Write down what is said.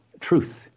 truth